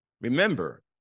Remember